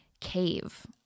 cave